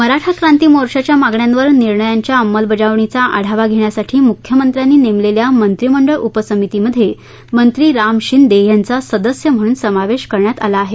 मराठा क्रांती मोर्चाच्या मागण्यांवर निर्णयांच्या अंमलबजावणीचा आढावा घेण्यासाठी मुख्यमंत्र्यांनी नेमलेल्या मंत्रिमंडळ उपसमितीमध्ये मंत्री राम शिंदे यांचा सदस्य म्हणून समावेश करण्यात आला आहे